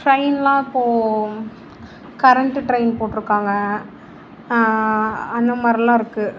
ட்ரெயினெல்லாம் இப்போது current train போட்டிருக்காங்க அந்த மாதிரிலாம் இருக்குது